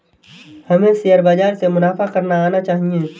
हमें शेयर बाजार से मुनाफा करना आना चाहिए